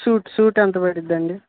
suit suit ఎంత పడుతుందండి